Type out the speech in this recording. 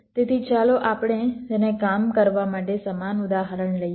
તેથી ચાલો આપણે તેને કામ કરવા માટે સમાન ઉદાહરણ લઈએ